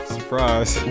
Surprise